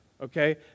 okay